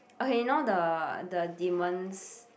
okay you know the the demon's